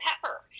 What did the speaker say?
pepper